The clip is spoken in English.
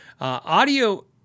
Audio